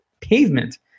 pavement